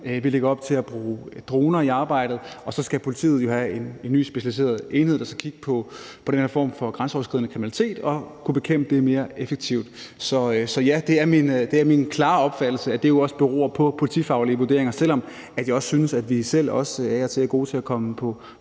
Vi lægger op til at bruge droner i arbejdet, og så skal politiet jo have en ny specialiseret enhed, der skal kigge på den her form for grænseoverskridende kriminalitet for at kunne bekæmpe det mere effektivt. Så ja, det er min klare opfattelse, at det jo også beror på politifaglige vurderinger. Selv om vi synes, at vi selv af og til er gode til at komme på